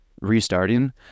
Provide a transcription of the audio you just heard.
restarting